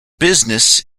business